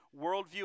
worldview